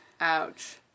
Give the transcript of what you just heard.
Ouch